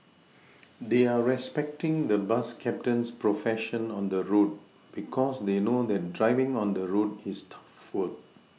they're respecting the bus captain's profession on the road because they know that driving on the road is tough work